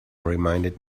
reminded